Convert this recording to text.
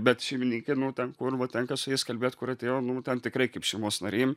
bet šeimininkai nu ten kur va tenka su jais kalbėt kur atėjo nu ten tikrai kaip šeimos nariai